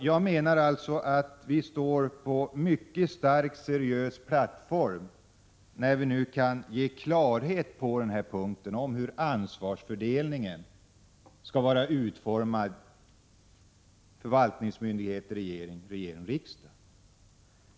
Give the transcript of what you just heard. Jag menar alltså att vi står på en mycket stark plattform när vi nu kan ge klara besked om hur ansvarsfördelningen skall vara utformad för förvaltningsmyndigheterna, regeringen och riksdagen.